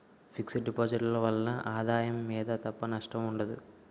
fix deposit ల వలన ఆదాయం మీద తప్ప నష్టం ఉండదు